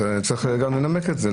צריך גם לנמק את זה,